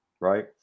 right